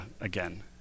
again